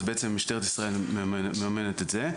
אז בעצם משטרת ישראל מממנת את זה,